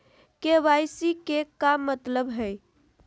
KYC के का मतलब हई?